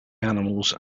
animals